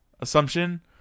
assumption